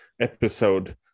episode